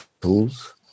tools